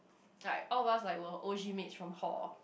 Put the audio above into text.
like all of us like were O_G mates from hall